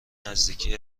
نزدیکی